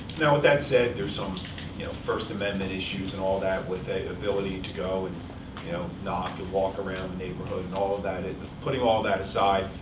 now, with that said, there's some you know first amendment issues, and all that, with the ability to go, and you know knock, and walk around the neighborhood, and all that. ah putting all that aside,